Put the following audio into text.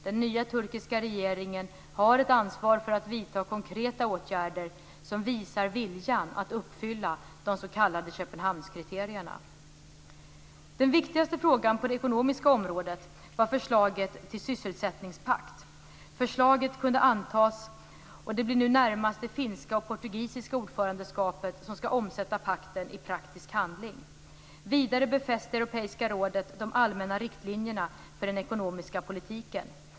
Den nya turkiska regeringen har ett ansvar för att vidta konkreta åtgärder som visar viljan att uppfylla de s.k. Köpenhamnskriterierna. Den viktigaste frågan på det ekonomiska området var förslaget till sysselsättningspakt. Förslaget kunde antas, och det blir nu närmast det finska och portugisiska ordförandeskapet som skall omsätta pakten i praktisk handling. Vidare befäste Europeiska rådet de allmänna riktlinjerna för den ekonomiska politiken.